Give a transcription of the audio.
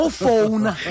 phone